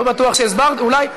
לא בטוח שהסברתי, אולי,